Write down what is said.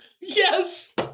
Yes